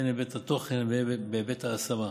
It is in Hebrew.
הן בהיבט התוכן והן בהיבט ההשמה,